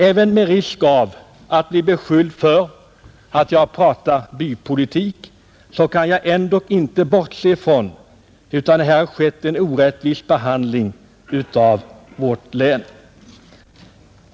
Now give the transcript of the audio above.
Även med risk att bli beskylld för att prata bypolitik kan jag inte bortse från att här har skett en orättvis behandling av vårt län.